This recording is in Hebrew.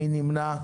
מי נמנע?